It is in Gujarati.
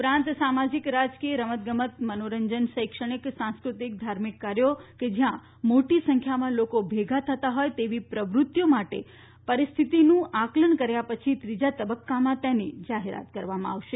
ઉપરાંત સામાજિક રાજકીય રમત ગમત મનોરંજન શૈક્ષણિક સાંસ્કૃતિક ધાર્મિક કાર્યો કે જ્યાં મોટી સંખ્યામાં લોકો ભેગા થતાં હોય તેવી પ્રવૃત્તિઓ માટે પરિસ્થિતિનું આકલન કર્યા પછી ત્રીજા તબક્કામાં તેનીજાહેરાત કરવામાં આવશે